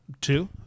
two